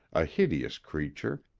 a hideous creature,